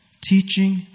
teaching